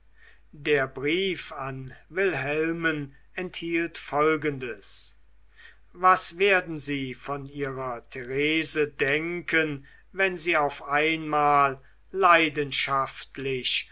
der brief an wilhelmen enthielt folgendes was werden sie von ihrer therese denken wenn sie auf einmal leidenschaftlich